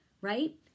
right